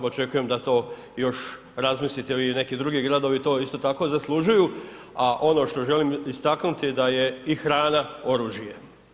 Očekujem da to još razmislite i neki drugi gradovi to isto tako zaslužuju, a ono što želim istaknuti da je i hrana oružje.